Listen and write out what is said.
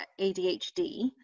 ADHD